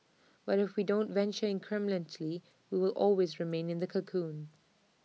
but if we don't venture incrementally we will always remain in the cocoon